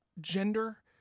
gender